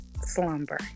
slumber